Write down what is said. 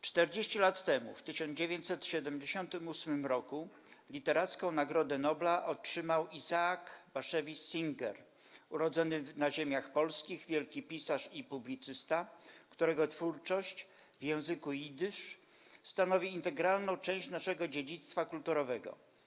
40 lat temu, w 1978 r. literacką Nagrodę Nobla otrzymał Isaac Bashevis Singer, urodzony na ziemiach polskich wielki pisarz i publicysta, którego twórczość - w języku jidysz - stanowi integralną część naszego dziedzictwa kulturowego.